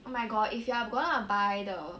oh my god if you are gonna buy the